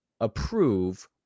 approve